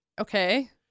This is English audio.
Okay